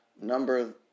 Number